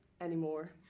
anymore